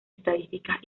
estadísticas